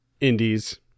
indies